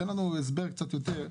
תן לנו הסבר קצת יותר.